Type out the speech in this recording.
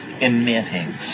emitting